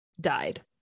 died